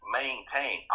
maintain